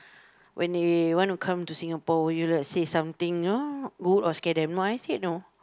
when they want to come to Singapore would you like say something you know good or scare them no I said no